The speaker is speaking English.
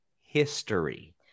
history